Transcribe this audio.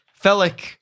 Felic